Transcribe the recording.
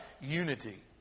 unity